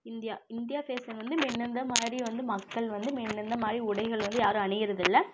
India India fashion வந்து முன்னருந்த மாதிரி வந்து மக்கள் வந்து முன்னருந்த மாதிரி உடைகள் வந்து யாரும் அணியிறதில்லை